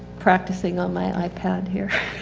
practicing on my ipad here,